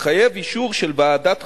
יחייב אישור של ועדת החוקה,